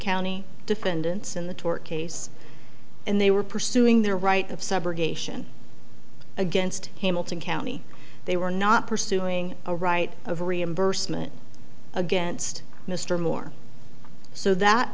county defendants in the tort case and they were pursuing their right of subrogation against hamilton county they were not pursuing a right of reimbursement against mr moore so that